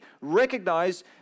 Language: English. recognize